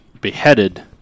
beheaded